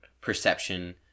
perception